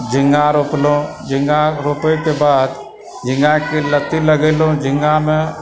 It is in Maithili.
झिंगा रोपलहुँ झिँगा रोपयके बाद झिँगाके लत्ती लगेलहुँ झिँगामे